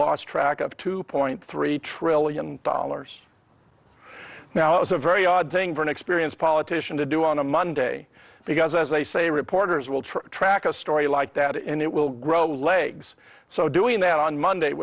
lost track of two point three trillion dollars now is a very odd thing for an experienced politician to do on a monday because as i say reporters will try to track a story like that and it will grow legs so doing that on monday it